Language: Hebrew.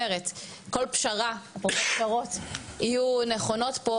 אבל אני אומרת: כל פשרה או פשרות יהיו נכונות כאן.